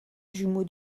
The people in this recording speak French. jumeau